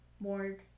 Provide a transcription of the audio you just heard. Morg